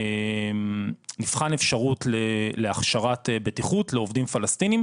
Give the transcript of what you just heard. נבחן אפשרות להכשרת בטיחות לעובדים פלסטינים